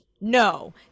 no